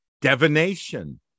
divination